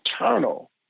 eternal